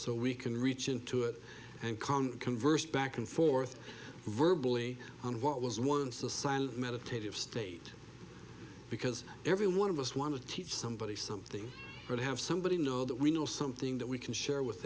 so we can reach into it and come converse back and forth verbal e on what was once a sign meditative state because every one of us want to teach somebody something or to have somebody know that we know something that we can share with